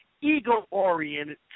ego-oriented